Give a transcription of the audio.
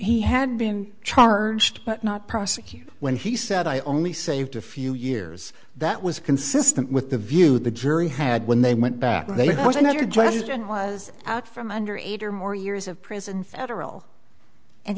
he had been charged but not prosecuted when he said i only saved a few years that was consistent with the view the jury had when they went back there was another judge and was out from under eight or more years of prison federal and